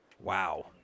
Wow